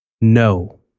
No